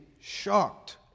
shocked